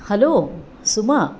hello Suma